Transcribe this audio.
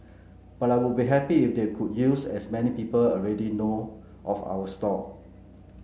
but I would be happy if they could use as many people already know of our stall